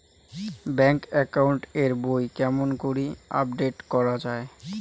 Bank account এর বই কেমন করি আপডেট করা য়ায়?